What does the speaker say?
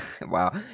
Wow